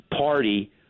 party